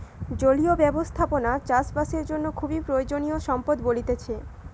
জলীয় ব্যবস্থাপনা চাষ বাসের জন্য খুবই প্রয়োজনীয় সম্পদ বলতিছে